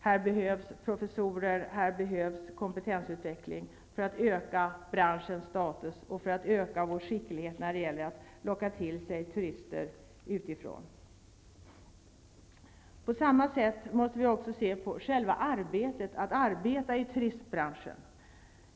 Det behövs professorer, och det behövs kompetensutveckling för att öka branschens status och för att öka vår skicklighet i att locka hit turister utifrån. På samma sätt måste vi se på själva arbetet, att arbeta i turistbranschen.